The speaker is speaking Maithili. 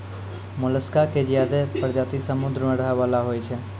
मोलसका के ज्यादे परजाती समुद्र में रहै वला होय छै